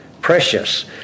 precious